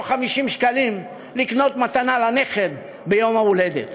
50 שקלים לקנות מתנה לנכד ביום ההולדת.